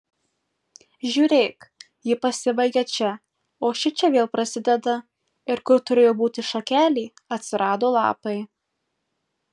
žiūrėk ji pasibaigia čia o šičia vėl prasideda ir kur turėjo būti šakelė atsirado lapai